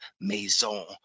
Maison